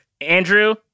Andrew